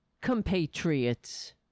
compatriots